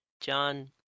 John –